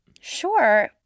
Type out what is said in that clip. Sure